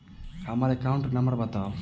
हम्मर account number बताऊ?